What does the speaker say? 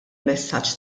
messaġġ